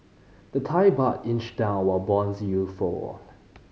the Thai Baht inched down while bonds you for